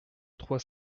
trois